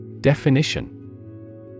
Definition